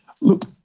Look